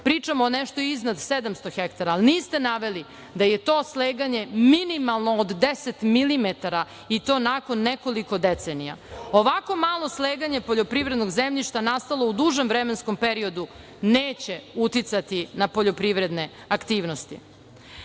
pričamo nešto iznad 700 hektara. Niste naveli da je to sleganje minimalno od 10 milimetara i to nakon nekoliko decenija. Ovako malo sleganje poljoprivrednog zemljišta nastalo u dužem vremenskom periodu neće uticati na poljoprivredne aktivnosti. Čuli